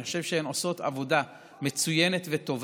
אני חושב שהן עושות עבודה מצוינת וטובה.